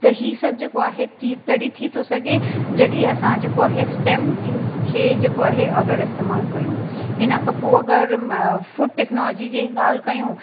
त ही सभु जेको आहे त तॾहिं थी थो सघे जॾहिं असां जेको आहे स्टेम खे जेको आहे अगरि इस्तेमालु कयूं हिन खां पोइ अगरि फ़ुड टेक्नोलोजी जे ॻाल्हि कयूं